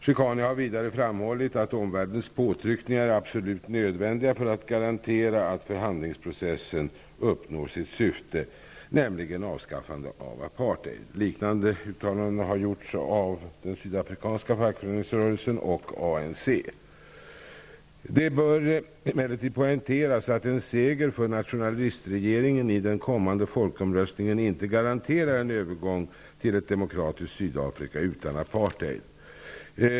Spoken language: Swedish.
Chikane har vidare framhållit att omvärldens påtryckningar är absolut nödvändiga för att garantera att förhandlingsprocessen uppnår sitt syfte, nämligen avskaffande av apartheid. Liknande uttalanden har gjorts av den sydafrikanska fackföreningsrörelsen och ANC. Det bör emellertid poängteras att en seger för nationalistregeringen i den kommande folkomröstningen inte garanterar en övergång till ett demokratiskt Sydafrika utan apartheid.